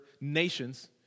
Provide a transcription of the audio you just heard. nations—